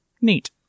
Neat